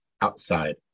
outside